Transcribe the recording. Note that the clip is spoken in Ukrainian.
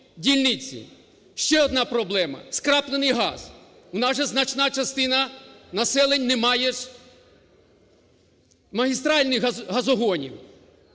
Ще одна проблема – скраплений газ. У нас же значна частина населення не має ж магістральних газогонів.